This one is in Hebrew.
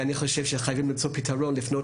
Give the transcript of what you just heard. ואני חושב שחייבים למצוא פתרון ולפנות